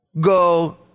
go